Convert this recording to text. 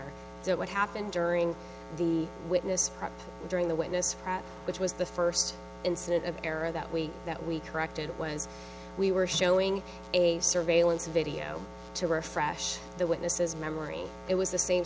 so what happened during the witness during the witness for which was the first incident of error that we that we corrected it was we were showing a surveillance video to refresh the witnesses memory it was the